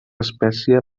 espècie